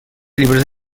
llibres